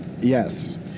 Yes